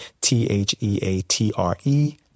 T-H-E-A-T-R-E